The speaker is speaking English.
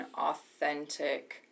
authentic